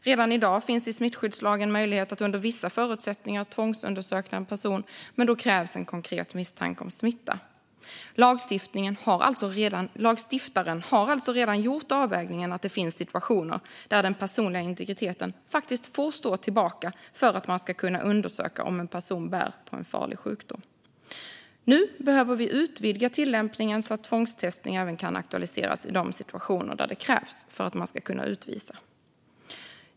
Redan i dag finns i smittskyddslagen möjlighet att under vissa förutsättningar tvångsundersöka en person, men då krävs konkret misstanke om smitta. Lagstiftaren har alltså redan gjort avvägningen att det finns situationer där den personliga integriteten faktiskt får stå tillbaka för att man ska kunna undersöka om en person bär på en farlig sjukdom. Nu behöver vi utvidga tillämpningen så att tvångstestning kan aktualiseras även i de situationer där de krävs för utvisning.